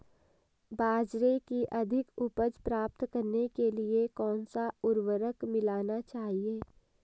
बाजरे की अधिक उपज प्राप्त करने के लिए कौनसा उर्वरक मिलाना चाहिए?